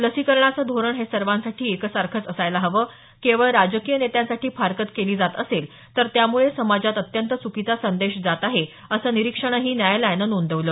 लसीकरणाचं धोरण हे सर्वांसाठी एकसारखंच असायला हवं केवळ राजकीय नेत्यांसाठी फारकत केली जात असेल तर त्यामुळे समाजात अत्यंत च्कीचा संदेश जात आहे असं निरीक्षणही न्यायालयानं नोंदवलं